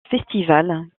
festivals